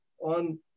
on